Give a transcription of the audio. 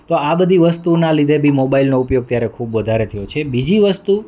તો આ બધી વસ્તુના લીધે બી મોબાઈલનો ઉપયોગ ત્યારે ખૂબ વધારે થયો છે બીજી વસ્તુ